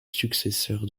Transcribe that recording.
successeur